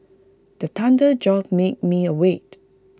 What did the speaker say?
the thunder jolt me me awake